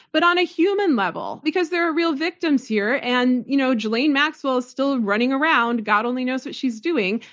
but on a human level because there are real victims here. and you know ghislaine maxwell is still running around. god only knows what she's doing.